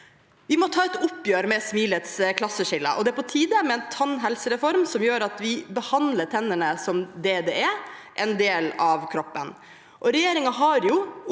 Vi må ta et oppgjør med smilets klasseskiller. Det er på tide med en tannhelsereform som gjør at vi behandler tennene som det de er: en del av kroppen.